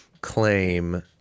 claim